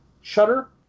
shutter